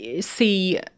see